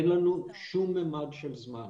אין לנו שום ממד של זמן.